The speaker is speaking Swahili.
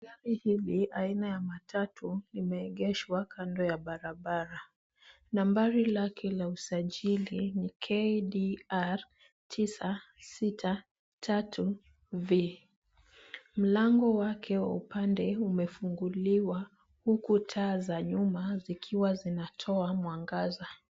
Gari hili aina ya matatu limeegeshwa kando ya barabara. Nambari lake la usajili ni KDR 963V. Mlango wake wa upande umefunguliwa huku taa za nyuma zikiwa zinatoa mwangaza.